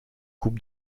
coupe